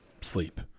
sleep